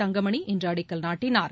தங்கமணி இன்று அடிக்கல் நாட்டினார்